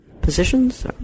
positions